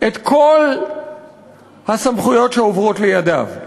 הן כל הסמכויות שעוברות לידיו.